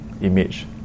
image